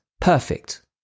perfect